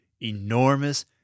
enormous